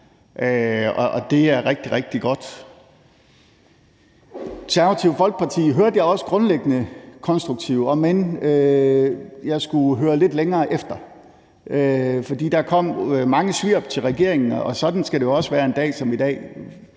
og det er rigtig, rigtig godt. Det Konservative Folkeparti hørte jeg også være grundlæggende konstruktive, omend jeg skulle høre efter lidt længere, for der kom mange svirp til regeringen, og sådan skal det jo også være en dag som i dag